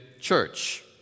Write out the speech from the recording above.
church